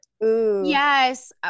Yes